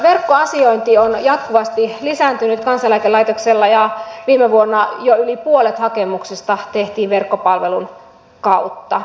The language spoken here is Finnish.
verkkoasiointi on jatkuvasti lisääntynyt kansaneläkelaitoksella ja viime vuonna jo yli puolet hakemuksista tehtiin verkkopalvelun kautta